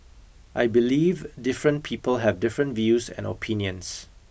I believe different people have different views and opinions